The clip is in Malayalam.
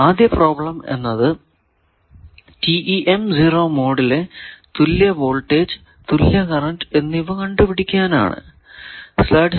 ആദ്യ പ്രോബ്ലം എന്നത് മോഡിലെ തുല്യ വോൾടേജ് തുല്യ കറന്റ് എന്നിവ കണ്ടു പിടിക്കാൻ ആണ്